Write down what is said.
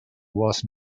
was